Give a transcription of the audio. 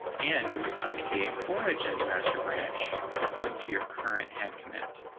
and you will update origins master branch to point to your current head commit